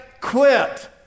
quit